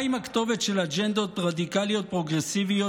מה עם הכתובת של אג'נדות רדיקליות פרוגרסיביות,